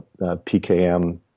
PKM